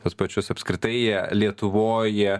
tuos pačius apskritai jie lietuvoj